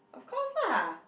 of course lah